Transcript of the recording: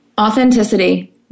Authenticity